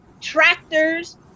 tractors